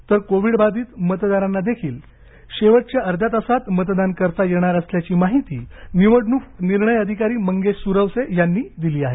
तर कोवीडबाधीत मतदारांनादेखील शेवटच्या अध्या तासात मतदान करता येणार असल्याची माहिती निवडणूक निर्णय अधिकारी मंगेश सूरवसे यांनी दिली आहे